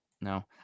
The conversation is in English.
No